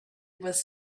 was